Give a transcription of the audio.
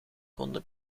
kon